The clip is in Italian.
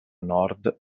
nord